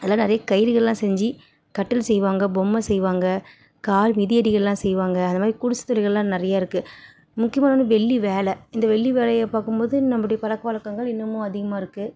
அதெலாம் நிறைய கயிறுகளெலாம் செஞ்சு கட்டில் செய்வாங்க பொம்மை செய்வாங்க கால் மிதியடிகளெலாம் செய்வாங்க அந்தமாதிரி குடிசை தொழில்கள்லாம் நிறையா இருக்குது முக்கியமாக வந்து வெள்ளி வேலை இந்த வெள்ளி வேலையை பார்க்கும்போது நம்முடைய பழக்க வழக்கங்கள் இன்னுமும் அதிகமாக இருக்குது